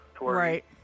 Right